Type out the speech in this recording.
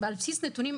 על בסיס נתונים,